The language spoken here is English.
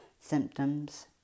symptoms